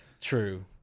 true